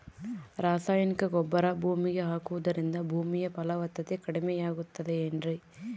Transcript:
ರಾಸಾಯನಿಕ ಗೊಬ್ಬರ ಭೂಮಿಗೆ ಹಾಕುವುದರಿಂದ ಭೂಮಿಯ ಫಲವತ್ತತೆ ಕಡಿಮೆಯಾಗುತ್ತದೆ ಏನ್ರಿ?